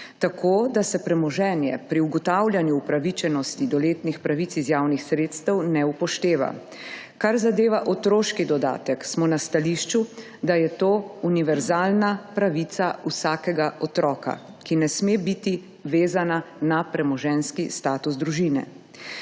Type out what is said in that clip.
tako da se premoženje pri ugotavljanju upravičenosti do letnih pravic iz javnih sredstev ne upošteva. Kar zadeva otroški dodatek smo na stališču, da je to univerzalna pravica vsakega otroka, ki ne sme biti vezana na premoženjski status družine.